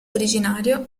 originario